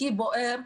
הכי בוער,